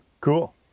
Cool